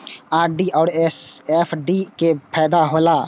RD और FD के का फायदा हौला?